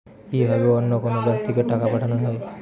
কি ভাবে অন্য কোনো ব্যাক্তিকে টাকা পাঠানো হয়?